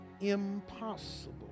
impossible